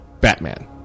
Batman